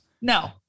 No